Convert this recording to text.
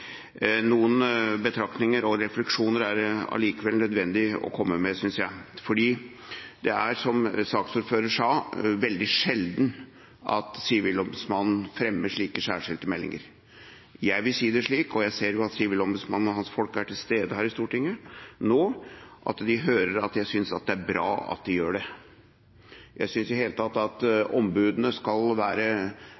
Noen betraktninger og refleksjoner er det allikevel nødvendig å komme med, synes jeg. Det er, som saksordføreren sa, veldig sjelden at Sivilombudsmannen fremmer slike særskilte meldinger. Jeg vil si det slik – og jeg ser at Sivilombudsmannen og hans folk er til stede her i Stortinget nå – at de nå hører at jeg synes at det er bra at de gjør det. Jeg synes i det hele tatt at